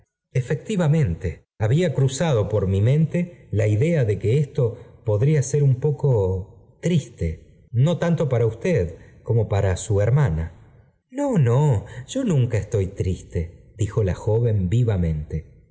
efectivamente había cruzado por mi mente v ea de que esto podría ser un poco triste no h an to para usted como para su hermana í no üo y o nunca estoy triste dijo la joven v vivamente